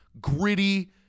gritty